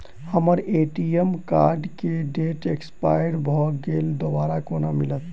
हम्मर ATM card केँ date expire भऽ गेल दोबारा कोना मिलत?